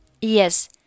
Yes